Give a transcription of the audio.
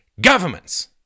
Governments